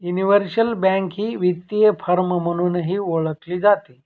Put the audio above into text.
universal bank ही वित्तीय firm म्हणूनही ओळखली जाते